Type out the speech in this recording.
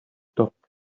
stopped